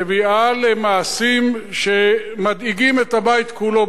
מביאה למעשים שמדאיגים את הבית כולו,